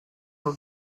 who